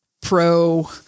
pro